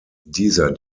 dieser